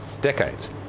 decades